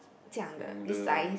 这样的 this size